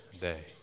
day